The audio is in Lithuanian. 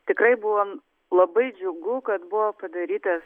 tikrai buvom labai džiugu kad buvo padarytas